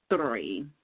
three